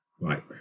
Right